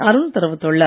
அருண் தெரிவித்துள்ளார்